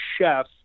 chef